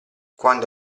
quando